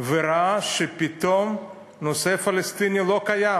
וראה שפתאום הנושא הפלסטיני לא קיים.